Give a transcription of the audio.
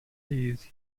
these